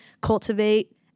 cultivate